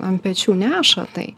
ant pečių neša tai